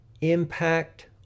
impact